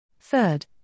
Third